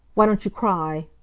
why don't you cry!